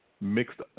mixed